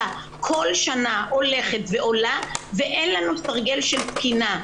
כל שנה הולכת ועולה ואין לנו סרגל של תקינה.